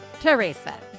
Teresa